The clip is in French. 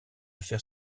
faire